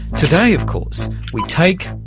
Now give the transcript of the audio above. today of course we take,